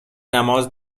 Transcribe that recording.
نماز